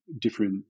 different